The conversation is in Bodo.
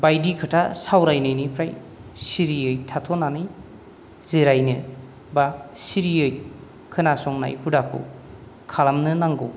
बायदि खोथा सावरायनायनिफ्राय सिरियै थाथ'नानै जिरायनो बा सिरियै खोनासंनाय हुदाखौ खालामनो नांगौ